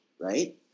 right